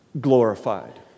glorified